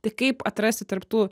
tai kaip atrasti tarp tų